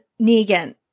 Negan